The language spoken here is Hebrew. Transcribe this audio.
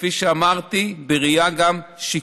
וכפי שאמרתי, גם בראייה שיקומית,